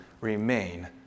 remain